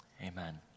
amen